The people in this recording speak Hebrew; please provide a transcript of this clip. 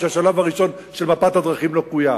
שהשלב הראשון של מפת הדרכים לא קוים.